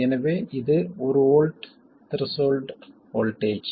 எனவே இது ஒரு வோல்ட் த்ரெஷோல்ட் வோல்ட்டேஜ்